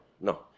no